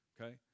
okay